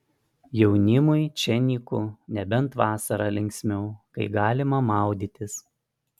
jaunimui čia nyku nebent vasarą linksmiau kai galima maudytis